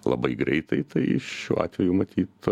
labai greitai tai šiuo atveju matyt